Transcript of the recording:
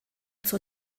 zur